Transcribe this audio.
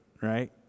right